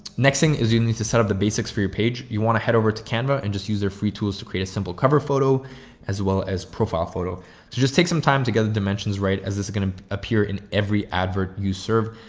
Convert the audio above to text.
next thing is you need to set up the basics for your page. you want to head over to canva and just use their free tools to create a simple cover photo as well as profile photo. so just take some time together. dimensions, right as this is going to appear in every advert you serve.